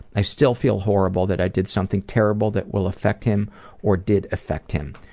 i still feel horrible that i did something terrible that will affect him or did affect him.